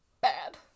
bad